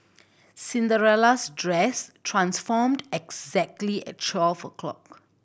Cinderella's dress transformed exactly at twelve o'clock